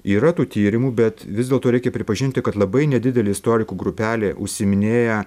yra tų tyrimų bet vis dėlto reikia pripažinti kad labai nedidelė istorikų grupelė užsiiminėja